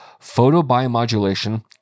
photobiomodulation